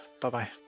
Bye-bye